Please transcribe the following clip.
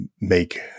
make